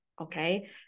Okay